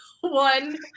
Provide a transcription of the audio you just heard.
one